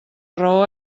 raó